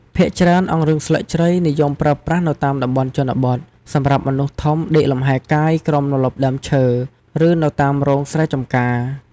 ភាគច្រើនអង្រឹងស្លឹកជ្រៃនិយមប្រើប្រាស់នៅតាមតំបន់ជនបទ សម្រាប់មនុស្សធំដេកលំហែកាយក្រោមម្លប់ដើមឈើ ឬនៅតាមរោងស្រែចំការ។